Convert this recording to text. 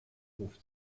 hof